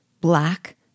black